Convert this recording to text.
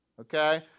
okay